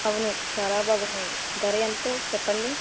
అవును చాలా బాగున్నాయి ధర ఏంతో చెప్పండి